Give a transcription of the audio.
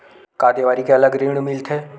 का देवारी के अलग ऋण मिलथे?